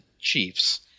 Chiefs